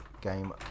game